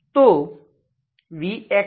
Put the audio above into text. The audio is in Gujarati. તો vxyXx